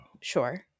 sure